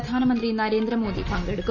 പ്രധാനമന്ത്രി നരേന്ദ്രമോദി പങ്കെടുക്കും